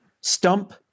Stump